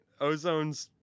Ozone's